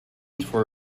for